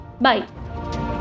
Bye